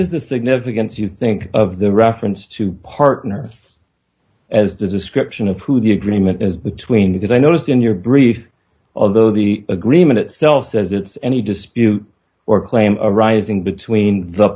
is the significance you think of the reference to partners as the description of who the agreement is between because i noticed in your brief of though the agreement itself says there's any dispute or claim arising between the